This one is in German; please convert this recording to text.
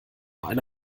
eine